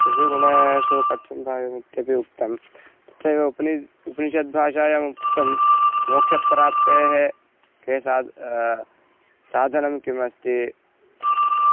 त्रिषु गुणेषु कथं भाव्यम् इत्यपि उक्तं तत्रैव उपनि उपनिषद्भाषायाम् उक्तं मोक्षप्राप्तेः किं साद् साधनं किमस्ति